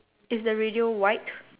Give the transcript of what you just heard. is the radio white